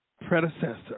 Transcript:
predecessor